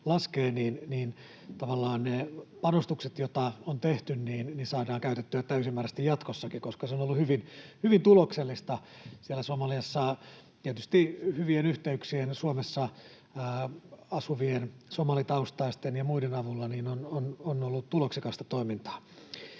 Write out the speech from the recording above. ne panostukset, joita on tehty, saadaan käytettyä täysimääräisesti jatkossakin? Se on ollut hyvin tuloksellista siellä Somaliassa. Tietysti hyvien yhteyksien, Suomessa asuvien somalitaustaisten ja muiden avulla on ollut tuloksekasta toimintaa.